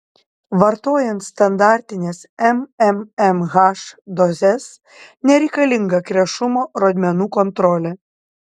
vartojant standartines mmmh dozes nereikalinga krešumo rodmenų kontrolė